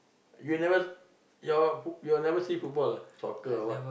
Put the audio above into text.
you never you you never see football soccer or what